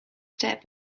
step